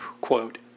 quote